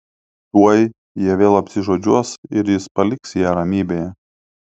tuoj jie vėl apsižodžiuos ir jis paliks ją ramybėje